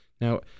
Now